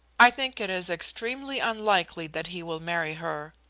i think it is extremely unlikely that he will marry her.